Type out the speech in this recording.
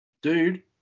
Dude